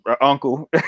uncle